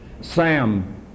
Sam